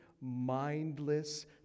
mindless